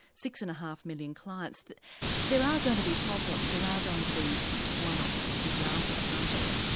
six and a half million clients that there are going to be problems, there are going to be one off examples aren't there?